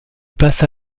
passe